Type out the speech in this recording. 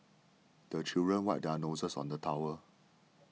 the children wipe their noses on the towel